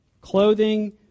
clothing